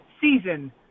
season